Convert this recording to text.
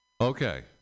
Okay